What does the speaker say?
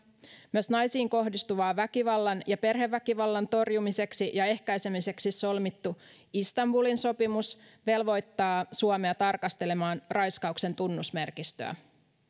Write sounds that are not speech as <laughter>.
myös naisiin kohdistuvan väkivallan ja perheväkivallan torjumiseksi <unintelligible> ja ehkäisemiseksi solmittu istanbulin sopimus velvoittaa suomea tarkastelemaan raiskauksen tunnusmerkistöä